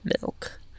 milk